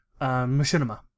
Machinima